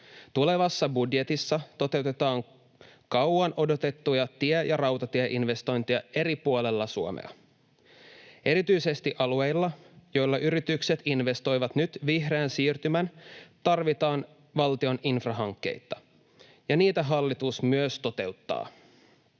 Tulevassa budjetissa toteutetaan kauan odotettuja tie- ja rautatieinvestointeja eri puolilla Suomea. Erityisesti alueilla, joilla yritykset investoivat nyt vihreään siirtymään, tarvitaan valtion infrahankkeita, ja niitä hallitus myös toteuttaa.